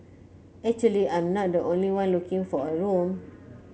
actually I'm not the only one looking for a room